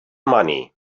money